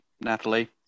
Natalie